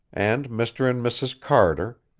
and mr. and mrs. carter,